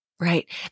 Right